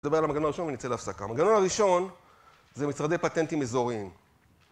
נדבר על המנגנון הראשון ונצא להפסקה. המנגנון הראשון, זה משרדי פטנטים אזוריים.